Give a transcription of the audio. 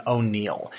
O'Neill